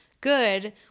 good